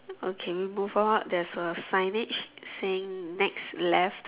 okay we move out there's a signage saying next left